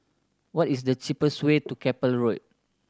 what is the cheapest way to Keppel Road